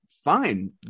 Fine